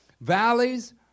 valleys